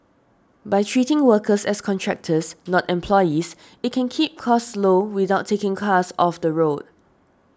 by treating workers as contractors not employees it can keep costs low without taking cars off the road